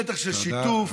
פתח של שיתוף,